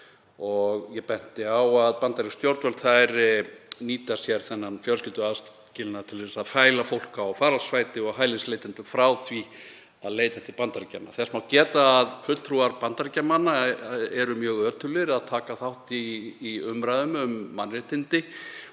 Ég benti á að bandarísk stjórnvöld nýttu sér þennan fjölskylduaðskilnað til að fæla fólk á faraldsfæti og hælisleitendur frá því að leita til Bandaríkjanna. Þess má geta að fulltrúar Bandaríkjamanna eru mjög ötulir við að taka þátt í umræðum um mannréttindi